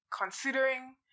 considering